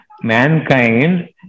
Mankind